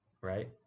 right